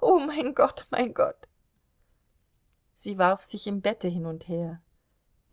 o mein gott mein gott sie warf sich im bette hin und her